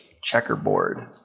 checkerboard